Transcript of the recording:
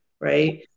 Right